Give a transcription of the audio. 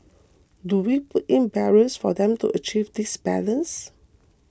do we put in barriers for them to achieve this balance